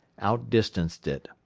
outdistanced it.